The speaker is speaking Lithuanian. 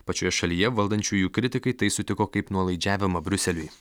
pačioje šalyje valdančiųjų kritikai tai sutiko kaip nuolaidžiavimą briuseliui